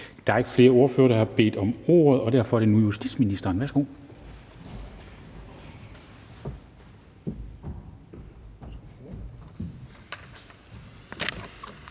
Der er ikke flere ordførere, der har bedt om ordet, og derfor er det nu justitsministeren.